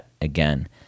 again